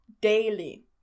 daily